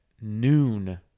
noon